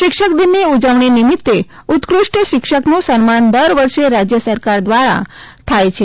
શિક્ષકદિનની ઉજવણી નિમિત્તે ઉત્કૃષ્ટ શિક્ષકનું સન્માન દર વર્ષે રાજ્ય સરકાર દ્વારા થાય છે